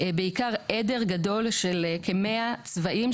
בעיקר עדר גדול של כמאה צבאים,